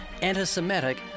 anti-Semitic